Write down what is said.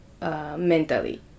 mentally